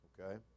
Okay